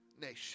nation